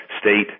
state